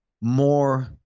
more